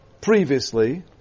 Previously